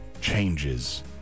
changes